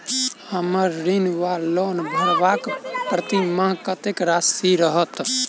हम्मर ऋण वा लोन भरबाक प्रतिमास कत्तेक राशि रहत?